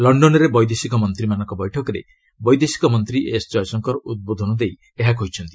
ଲକ୍ଷନରେ ବୈଦେଶିକ ମନ୍ତ୍ରୀମାନଙ୍କ ବୈଠକରେ ବୈଦେଶିକ ମନ୍ତ୍ରୀ ଏସ୍ ଜୟଶଙ୍କର ଉଦ୍ବୋଧନ ଦେଇ ଏହା କହିଛନ୍ତି